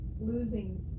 losing